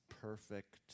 perfect